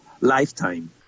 lifetime